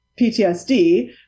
ptsd